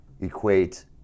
equate